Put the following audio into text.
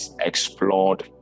explored